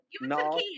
no